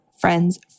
friends